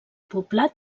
poblat